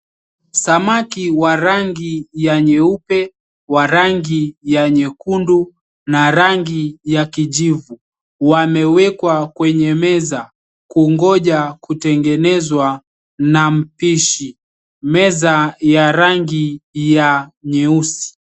Samaki wa rangi ya nyeupe, wa rangi ya nyekundu na rangi ya kijivu, wamewekwa kwenye meza kungoja kutengenezwa na mpishi. Meza ya rangi ya nyeusi.